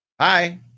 Hi